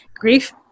grief